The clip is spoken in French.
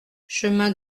chemin